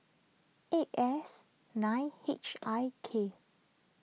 eight S nine H I K